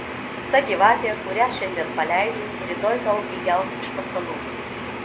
ta gyvatė kurią šiandien paleidi rytoj tau įgels iš pasalų